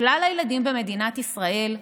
לכלל הילדים במדינת ישראל,